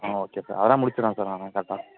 ஆ okay sir அதெல்லாம் முடிச்சிவிடுவேன் sir நான் கரெக்டாக